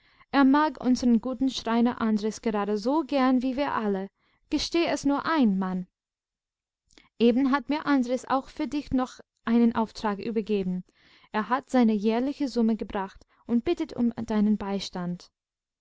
er mag unseren guten schreiner andres gerade so gern wie wir alle gestehe es nur ein mann eben hat mir andres auch für dich noch einen auftrag übergeben er hat seine jährliche summe gebracht und bittet um deinen beistand